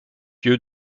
lieu